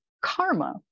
karma